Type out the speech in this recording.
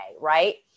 right